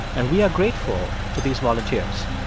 and we are grateful to these volunteers.